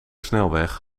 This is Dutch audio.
snelweg